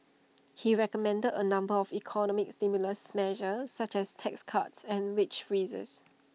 he recommended A number of economic stimulus measures such as tax cuts and wage freezes